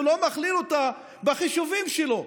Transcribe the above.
הוא לא מכליל אותה בחישובים שלו,